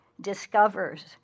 discovers